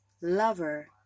lover